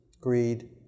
Greed